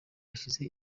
hashize